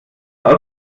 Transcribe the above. aus